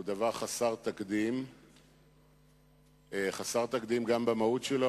הוא דבר חסר תקדים גם במהות שלו,